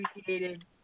appreciated